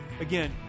Again